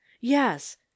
yes